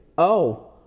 oh.